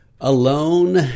alone